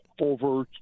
over